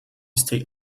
stay